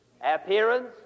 appearance